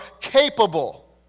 capable